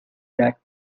that